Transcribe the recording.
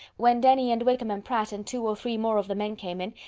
when denny, and wickham, and pratt, and two or three more of the men came in,